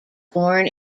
born